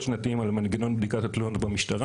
שנתיים על מנגנון בדיקת התלונות במשטרה.